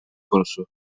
konusu